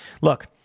Look